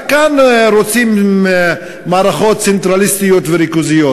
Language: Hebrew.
רק כאן רוצים מערכות צנטרליסטיות וריכוזיות.